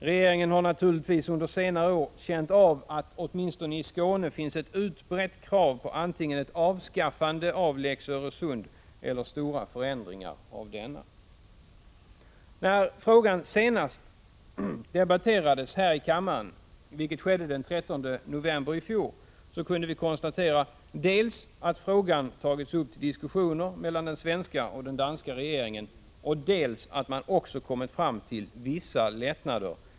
Regeringen har naturligtvis under senare år känt av att det åtminstone i Skåne finns ett utbrett krav på antingen ett avskaffande av Lex Öresund eller stora förändringar av denna. När frågan senast debatterades här i kammaren, vilket skedde den 13 november i fjol, kunde vi konstatera dels att frågan tagits upp till diskussioner mellan den svenska och den danska regeringen, dels att man kommit fram till vissa lättnader.